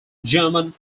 german